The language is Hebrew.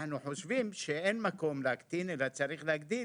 ואנחנו חושבים שאין מקום להקטין אלא צריך להגדיל